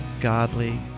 godly